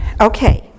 Okay